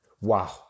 wow